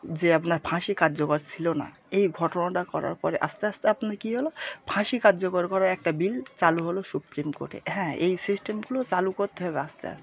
যে আপনার ফাঁসি কার্যকর ছিলো না এই ঘটনাটা করার পরে আস্তে আস্তে আপনার কী হলো ফাঁসি কার্যকর করার একটা বিল চালু হলো সুপ্রিম কোর্টে হ্যাঁ এই সিস্টেমগুলোও চালু করতে হবে আস্তে আস্তে